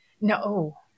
No